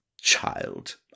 Child